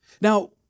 Now